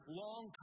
long